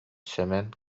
сэмэн